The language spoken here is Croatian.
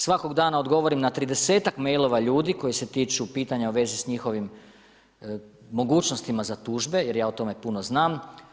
Svakog dana odgovorim na tridesetak mailova ljudi koji se tiču pitanja u vezi s njihovim mogućnostima za tužbe, jer ja o tome puno znam.